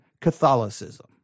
Catholicism